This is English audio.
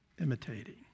imitating